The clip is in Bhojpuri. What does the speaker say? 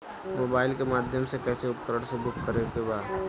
मोबाइल के माध्यम से कैसे उपकरण के बुक करेके बा?